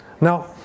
Now